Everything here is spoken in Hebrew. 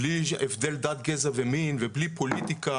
בלי הבדל דת גזע ומין ובלי פוליטיקה